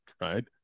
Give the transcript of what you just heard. right